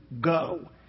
go